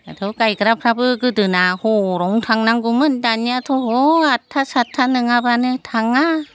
दाथ' गायफ्राबो गोदोना हरावनो थांनांगौमोन दानियाथ' ह आठथा सातथा नङाब्लानो थाङा